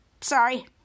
sorry